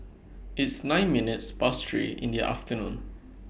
its nine minutes Past three in The afternoon